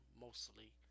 mostly